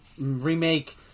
Remake